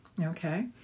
okay